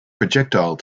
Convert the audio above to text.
projectile